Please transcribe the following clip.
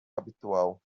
habitual